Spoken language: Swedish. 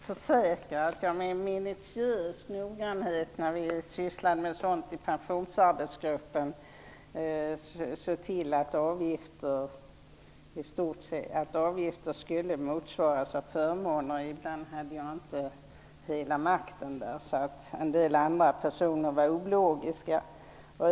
Herr talman! Jag kan försäkra att jag med minutiös noggrannhet när vi sysslade med sådant i pensionsarbetsgruppen såg till att avgifter skulle motsvaras av förmåner. Ibland hade jag inte hela makten, och en del andra personer var ologiska.